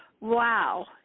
Wow